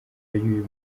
y’uyu